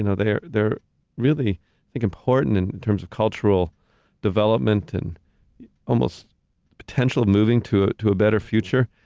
and they're they're really like important in terms of cultural development and almost potential, moving to ah to a better future,